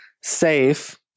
safe